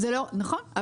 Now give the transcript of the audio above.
נכון,